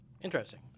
interesting